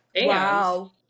Wow